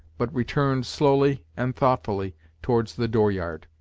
but returned slowly and thoughtfully towards the door-yard.